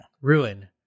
Ruin